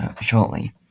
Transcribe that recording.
shortly